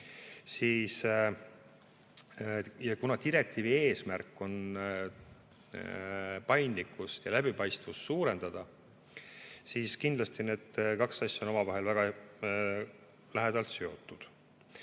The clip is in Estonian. Kuna direktiivi eesmärk on paindlikkust ja läbipaistvust suurendada, siis kindlasti need kaks asja on omavahel väga lähedalt seotud. Nüüd